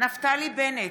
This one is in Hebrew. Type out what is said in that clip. נפתלי בנט,